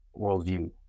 worldview